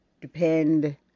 depend